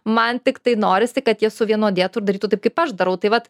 man tiktai norisi kad jie suvienodėtų ir darytų taip kaip aš darau tai vat